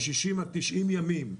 מ-60 עד 90 ימים,